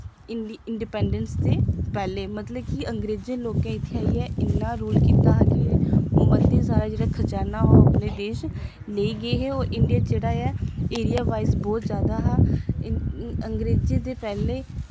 independence दे पैह्ले मतलब कि अंग्रेजें लोकें इत्थै आइयै इन्ना रूल कीता हा कि मता सारा जेह्ड़ा खजाना हा ओह् अपने देश लेई गे हे और इंडियां जेह्ड़ा ऐ एरिया वाइज बहुत जैदा हा अंग्रेजें शा पैह्लें